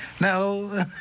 No